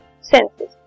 senses